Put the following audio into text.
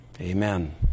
Amen